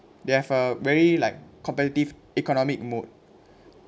they have a very like competitive economic mode